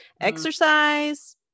exercise